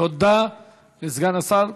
תודה לסגן השר.